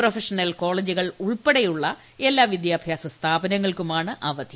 professional കോളേജുകൾ ഉൾപ്പെടെയുള്ള എല്ലാ വിദ്യാഭ്യാസ സ്ഥാപനങ്ങൾക്കുമാണ് അവധി